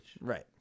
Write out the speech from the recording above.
Right